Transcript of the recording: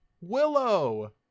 Willow